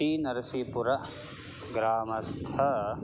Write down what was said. T Narasipur ग्रामस्थ